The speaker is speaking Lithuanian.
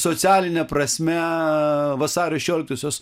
socialine prasme vasario šešioliktosios